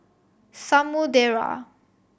Samudera